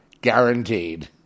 guaranteed